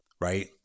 right